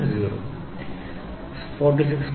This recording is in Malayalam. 005 G1 45